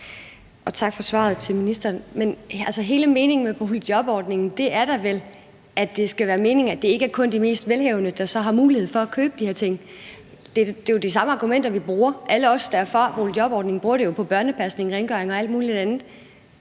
hele meningen med boligjobordningen er da vel, at det ikke kun er de mest velhavende, der har mulighed for at købe de her ting. Det er jo de samme argumenter, vi bruger. Alle os, der er for boligjobordningen, bruger det jo på børnepasning, rengøring og alt muligt andet.